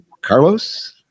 Carlos